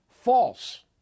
False